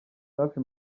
safi